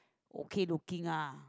okay looking ah